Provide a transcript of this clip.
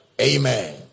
Amen